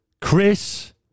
Chris